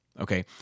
Okay